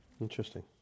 Interesting